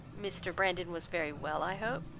mr. brandon was very well i hope?